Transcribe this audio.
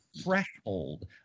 threshold